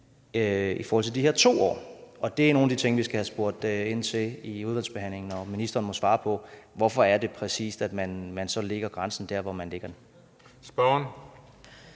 i forhold til de her 2 år, og det er nogle af de ting, vi skal have spurgt ind til i udvalgsbehandlingen, og ministeren må svare på, hvorfor man præcis lægger grænsen der, hvor man lægger den. Kl.